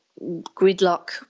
gridlock